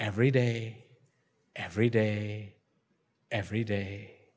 every day every day every day